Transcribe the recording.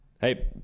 hey